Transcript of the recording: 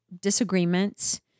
disagreements